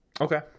Okay